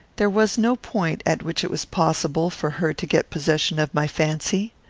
there was no point at which it was possible for her to get possession of my fancy.